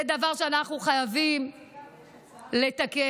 זה דבר שאנחנו חייבים לתקן.